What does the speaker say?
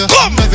Come